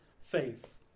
faith